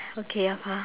okay afar